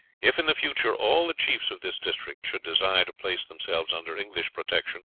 if in the future all the chiefs of this district should desire to place themselves under english protection,